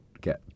get